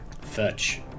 Fetch